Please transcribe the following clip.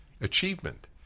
achievement